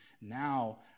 now